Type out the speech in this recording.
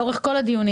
לאורך כל הדיונים,